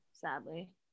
sadly